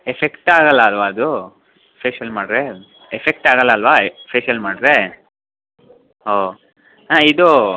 effect ಆಗೋಲ್ಲ ಅಲ್ವ ಅದು ಫೇಶ್ವಲ್ ಮಾಡ್ರೆ ಎಫೆಕ್ಟ್ ಆಗೋಲ್ಲ ಅಲ್ವಾ ಫೇಶ್ವಲ್ ಮಾಡ್ರೆ ಹೊ ಹಾಂ ಇದು